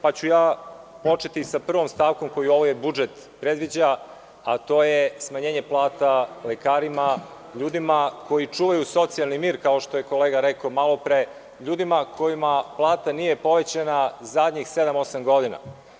Počeću sa prvom stavkom koju ovaj budžet predviđa, a to je smanjenje plata lekarima, ljudima koji čuvaju socijalni mir, kao što je kolega rekao malo pre, ljudima kojima plata nije povećana zadnjih sedam, osam godina.